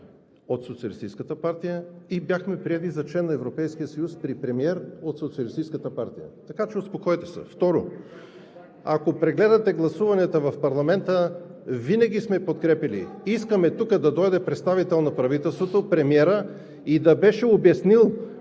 от Социалистическата партия и бяхме приети за член на Европейския съюз при премиер от Социалистическата партия. Така че, успокойте се. Второ, ако прегледате гласуванията в парламента, винаги сме подкрепяли: искаме тук да дойде представител на правителството – премиерът, и да беше обяснил